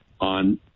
on